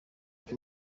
uyu